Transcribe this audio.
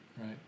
right